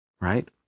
right